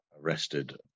arrested